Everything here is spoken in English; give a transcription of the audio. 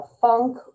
funk